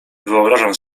wyobrażam